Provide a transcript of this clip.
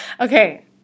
okay